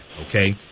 Okay